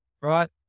Right